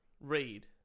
read